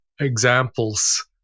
examples